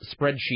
spreadsheet